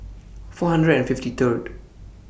four hundred and fifty Third